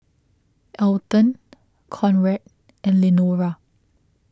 Alton Conrad and Lenora